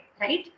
right